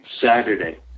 Saturday